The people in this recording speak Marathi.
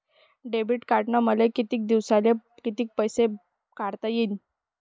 डेबिट कार्डनं मले दिवसाले कितीक पैसे काढता येईन?